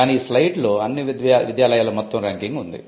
కాని ఈ స్లయిడ్ లో అన్ని విద్యాలయాల మొత్తం ర్యాంకింగ్ ఉంది